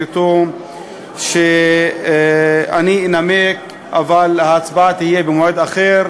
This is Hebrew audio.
אתו שאני אנמק אבל ההצבעה תהיה במועד אחר,